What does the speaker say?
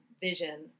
vision